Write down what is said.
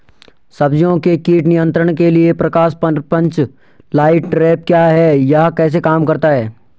सब्जियों के कीट नियंत्रण के लिए प्रकाश प्रपंच लाइट ट्रैप क्या है यह कैसे काम करता है?